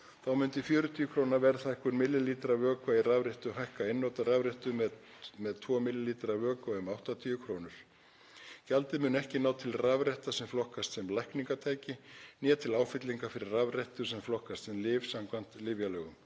Þá myndi 40 kr. verðhækkun millilítra af vökva í rafrettu hækka einnota rafrettu með 2 millilítra af vökva um 80 kr. Gjaldið mun ekki ná til rafretta sem flokkast sem lækningatæki né til áfyllingar fyrir rafrettur sem flokkast sem lyf samkvæmt lyfjalögum.